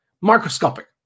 Microscopic